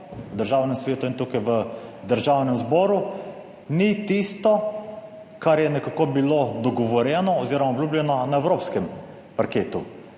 v Državnem svetu in tukaj v Državnem zboru, ni tisto, kar je nekako bilo dogovorjeno oziroma obljubljeno na evropskem parketu.